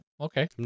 Okay